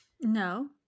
no